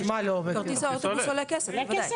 כרטיס האוטובוס עולה כסף, בוודאי.